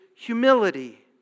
humility